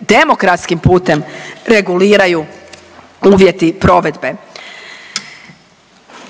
demokratskim putem reguliraju uvjeti provedbe.